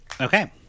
Okay